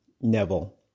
Neville